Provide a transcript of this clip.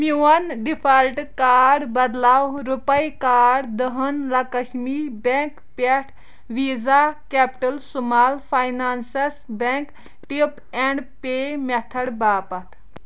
میون default card بدلاو RuPay card Dhanlaxmi bank پٮ۪ٹھٕ Visa capital small finance bank tap and pay method باپتھ